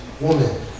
woman